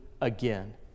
again